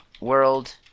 world